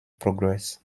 progress